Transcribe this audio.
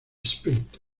sprint